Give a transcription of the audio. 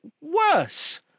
worse